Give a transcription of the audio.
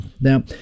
Now